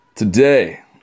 Today